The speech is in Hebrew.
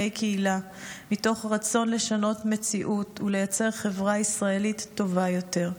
קהילה מתוך רצון לשנות מציאות ולייצר חברה ישראלית טובה יותר.